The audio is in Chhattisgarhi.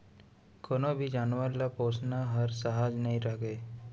कोनों भी जानवर ल पोसना हर सहज नइ रइगे